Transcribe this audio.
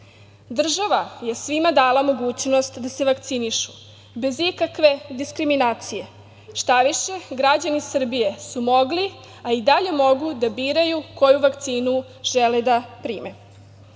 Država je svima dala mogućnost da se vakcinišu bez ikakve diskriminacije. Štaviše, građani Srbije su mogli, a i dalje mogu da biraju koju vakcinu žele da prime. Uprkos